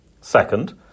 Second